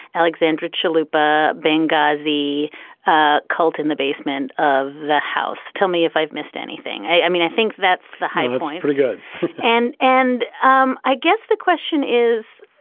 alexandra chiluba, benghazi ah cult in the basement of the house. tell me if i've missed anything. i mean, i think that's the height was pretty good and and um i guess the question is,